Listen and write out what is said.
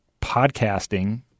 podcasting